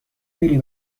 میری